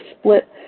split